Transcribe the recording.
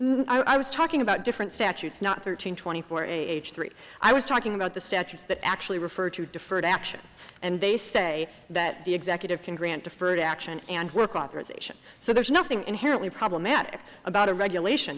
general i was talking about different statutes not thirteen twenty four age three i was talking about the statutes that actually refer to deferred action and they say that the executive can grant deferred action and work authorization so there's nothing inherently problematic about a regulation